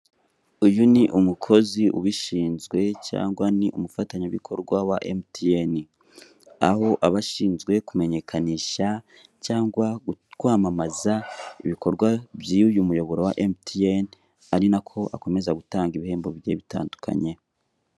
Uyu ni umukozi ubishinzwe cyangwa ni umufatanyabikorwa wa emutiyeni aho aba ashinzwe kumenyekanisha cyangwa kwamamaza ibikorwa by'uyu muyoboro wa emutiyeni ari nako akomeza gutanga ibihembo bigiye bitandukanye.